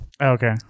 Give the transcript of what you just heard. Okay